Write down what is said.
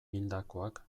hildakoak